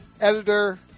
editor